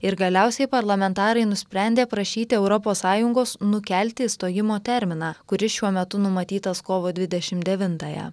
ir galiausiai parlamentarai nusprendė prašyti europos sąjungos nukelti išstojimo terminą kuris šiuo metu numatytas kovo dvidešimt devintąją